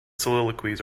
soliloquies